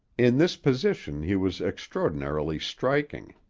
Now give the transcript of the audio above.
in this position he was extraordinarily striking.